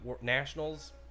Nationals